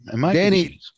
Danny